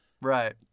Right